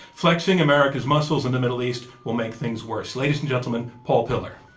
flexing america's muscles in the middle east will make things worse. ladies and gentlemen, paul pillar.